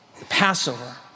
Passover